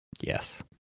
Yes